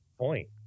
point